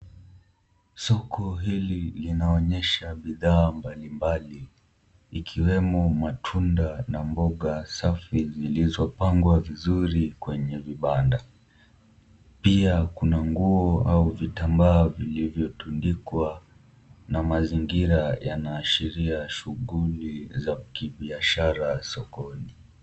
Soko hili linaonyesha bidhaa mbalimbali, ikiwemo matunda na mboga safi zilizopangwa vizuri kwenye vibanda, pia kuna nguo au vitambaa vilivyotundikwa na mazingira yanaashiria shughuli za kibiashara sokoni.